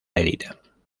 herida